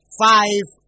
five